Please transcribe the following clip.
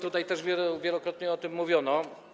Tutaj też wielokrotnie o tym mówiono.